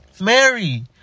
Mary